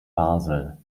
basel